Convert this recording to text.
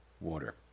water